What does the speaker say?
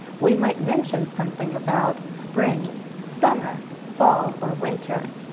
we might mention something about spring, summer, fall, or winter.